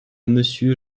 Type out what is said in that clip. monsieur